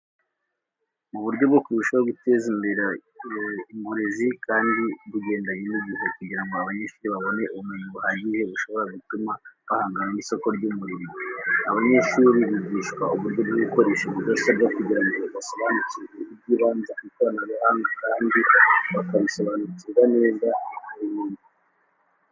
Mu buryo bwo kurushaho guteza imbere imbere uburezi kandi bugendanye n'igihe kugirango abanyeshuri babone ubumenyi buhagije bushobora gutuma bahangana n'isoko ry'umurimo. Abanyeshuri bigishwa uburyo bwo gukoresha mudasobwa kugirango basobanukirwe iby'ibanze ku ikoranabuhanga kandi bakabisobanukirwa neza bakabimenya.